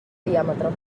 diàmetre